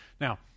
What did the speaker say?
Now